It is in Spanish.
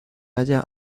halla